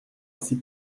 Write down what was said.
ainsi